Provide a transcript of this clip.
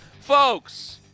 Folks